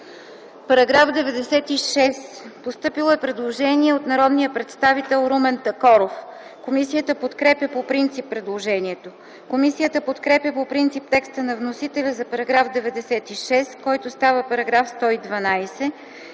По § 96 е постъпило предложение от народния представител Румен Такоров. Комисията подкрепя по принцип предложението. Комисията подкрепя по принцип текста на вносителя за § 96, който става § 112,